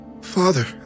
Father